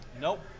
Nope